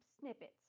snippets